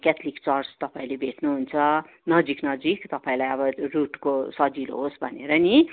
Catholic church तपाईँले भेट्नु हुन्छ नजिक नजिक तपाईँलाई अब रुटको सजिलो होस् भनेर नि